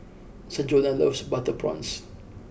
Sanjuana loves butter prawns